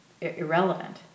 irrelevant